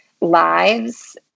lives